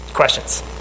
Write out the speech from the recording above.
Questions